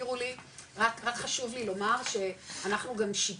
הזכירו לי רק חשוב לי לומר שאנחנו גם שיפרנו